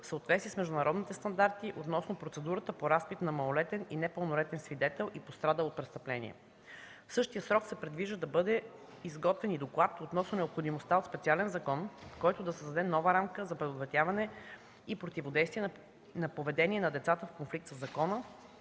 в съответствие с международните стандарти относно процедурата по разпит на малолетен и непълнолетен свидетел и пострадал от престъпление. В същия срок се предвижда да бъде изготвен и доклад относно необходимостта от специален закон, който да създаде нова рамка за предотвратяване и противодействие на поведението на деца с конфликт със закона,